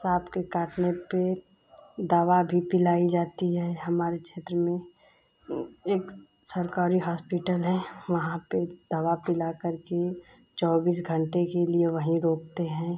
सांप के काटने पे दवा भी पिलाई जाती है हमारे छेत्र में एक सरकारी हॉस्पिटल है वहाँ पर दवा पिलाकर के चौबीस घंटे के लिए वहीं रोकते हैं